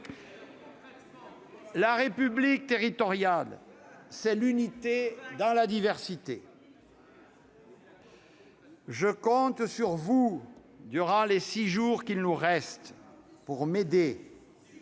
La République territoriale, c'est l'unité dans la diversité. Je compte sur vous, durant les 600 jours qu'il nous reste, pour m'aider